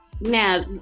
Now